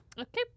Okay